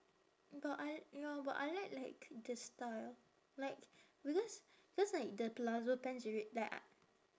but I ya but I like like the style like because cause like the palazzo pants are red like I